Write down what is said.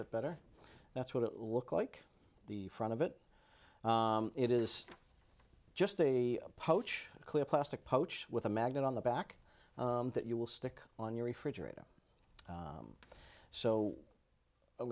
bit better that's what it looks like the front of it it is just a poached clear plastic poach with a magnet on the back that you will stick on your refrigerator so i'm